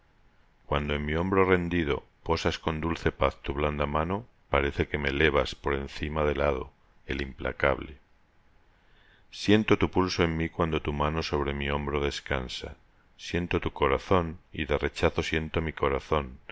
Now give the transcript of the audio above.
cuando en mi hombro rendido posas con dulce paz tu blanda mano parece que me elevas por encima del hado el implacable siento tu pulso en mí cuando tu mano sobre mi hombro descansa siento tu corazón y de rechazo siento mi corazón